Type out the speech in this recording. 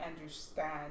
understand